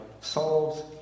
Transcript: solves